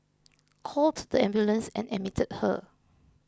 called the ambulance and admitted her